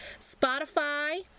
Spotify